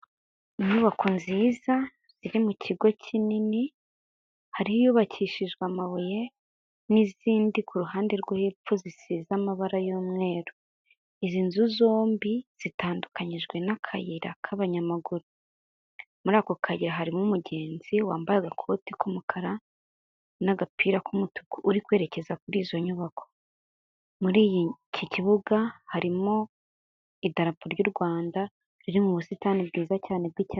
Inyubako nziza ziri mu kigo kinini, hari iyubakishije amabuye n'izindi ku ruhande rwo hepfo zisize amabara y'umweru, izi nzu zombi zitandukanyijwe n'akayira k'abanyamaguru muri ako kayira harimo umugenzi wambaye agakoti k'umukara n'agapira k'umutuku uri kwerekeza kuri izo nyubako, muri iyi ki kibuga harimo idarapo ry'u Rwanda, riri mu busitani bwiza cyane bw'icya.